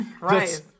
Right